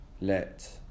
let